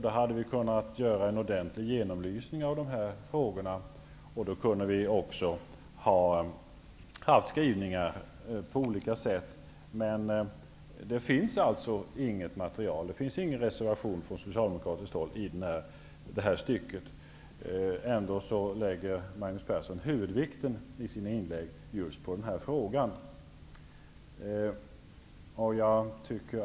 Vi hade då kunnat göra en ordentlig genomlysning av de här frågorna, och det skulle ha funnits olika skrivningar härom. Men det finns alltså ingen reservation från socialdemokratiskt håll i detta avseende. Ändå lägger Magnus Persson i sina inlägg huvudvikten på just den här frågan.